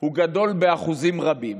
הוא גדול באחוזים רבים.